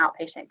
outpatient